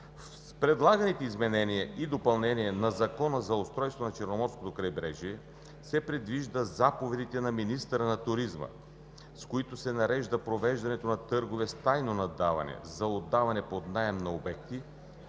С предлаганите изменения и допълнения на Закона за устройството на Черноморското крайбрежие се предвижда заповедите на министъра на туризма, с които се нарежда провеждането на търгове с тайно наддаване за отдаване под наем на обекти